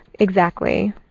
exactly.